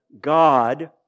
God